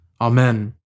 Amen